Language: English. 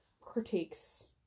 critiques